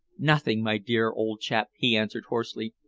nothing, my dear old chap, he answered hoarsely.